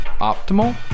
optimal